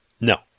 No